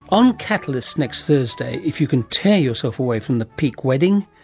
on catalyst next thursday, if you can tear yourself away from the peak wedding,